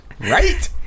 Right